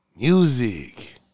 music